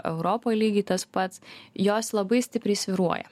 europoj lygiai tas pats jos labai stipriai svyruoja